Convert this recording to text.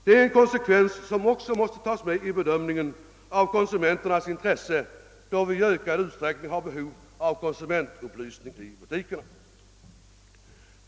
Det är en konsekvens som också måste tas med vid bedömningen av konsumenternas intressen, då vi i ökad utsträckning har behov av konsumentupplysning i butikerna.